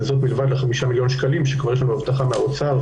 וזאת בלבד לחמישה מיליון שקלים שכבר יש לנו הבטחה מהאוצר,